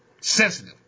Sensitive